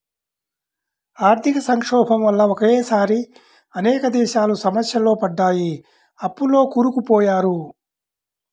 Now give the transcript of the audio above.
ఆర్థిక సంక్షోభం వల్ల ఒకేసారి అనేక దేశాలు సమస్యల్లో పడ్డాయి, అప్పుల్లో కూరుకుపోయారు